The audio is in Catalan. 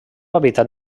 hàbitat